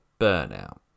burnout